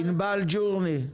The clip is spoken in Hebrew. ענבל ג'וריני.